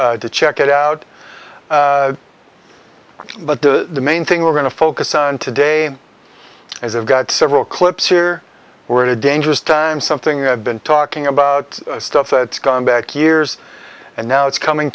works to check it out but the main thing we're going to focus on today as i've got several clips here we're in a dangerous time something i've been talking about stuff that's gone back years and now it's coming